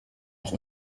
auch